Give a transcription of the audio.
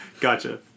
gotcha